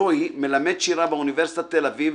רועי מלמד שירה באוניברסיטת תל אביב